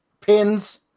pins